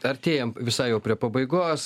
artėjam visai jau prie pabaigos